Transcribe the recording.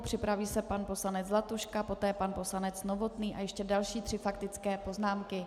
Připraví se pan poslanec Zlatuška, poté pan poslanec Novotný a ještě další tři faktické poznámky.